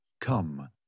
Come